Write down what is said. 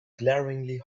glaringly